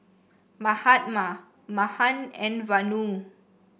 Mahatma Mahan and Vanu